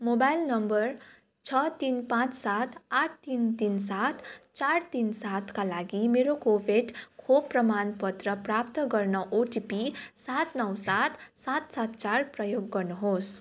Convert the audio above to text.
mobile number छ तिन पाँच सात आठ तिन तिन सात चार तिन सातका लागि मेरो कोविड खोप प्रमाणपत्र प्राप्त गर्न ओटिपी सात नौ सात सात सात चार प्रयोग गर्नुहोस्